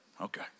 Okay